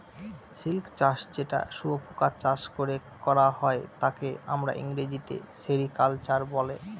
silk চাষ যেটা শুয়োপোকা চাষ করে করা হয় তাকে আমরা ইংরেজিতে সেরিকালচার বলে